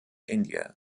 india